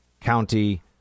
County